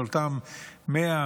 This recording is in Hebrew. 100,